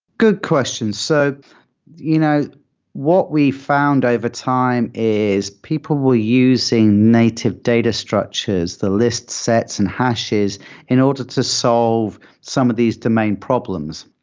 good question. so you know what we found overtime is people were using native data structures, the list sets and hashes in order to solve some of these domain problems.